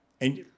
and-